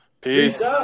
Peace